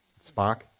Spock